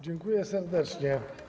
Dziękuję serdecznie.